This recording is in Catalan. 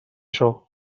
això